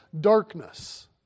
darkness